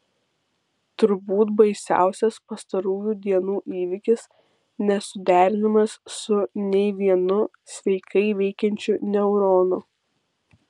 turbūt baisiausias pastarųjų dienų įvykis nesuderinamas su nei vienu sveikai veikiančiu neuronu